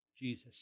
Jesus